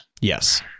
Yes